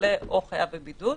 חולה או חייב בבידוד,